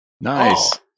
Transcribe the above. Nice